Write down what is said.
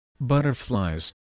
butterflies